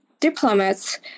diplomats